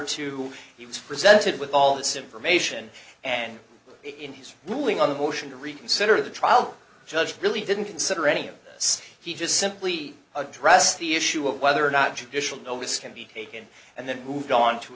to he was presented with all this information and in his ruling on the motion to reconsider the trial judge really didn't consider any of this he just simply addressed the issue of whether or not judicial notice can be taken and then moved on to